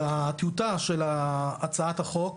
בטיוטה של הצעת החוק